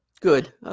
good